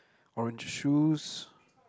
orange shoes